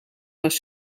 was